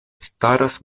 staras